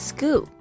Scoop